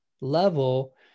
level